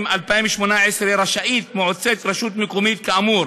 2018 רשאית מועצת רשות מקומית כאמור